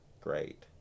great